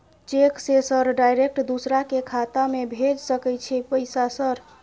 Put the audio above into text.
Cheque से sir direct दूसरा के खाता में भेज सके छै पैसा सर?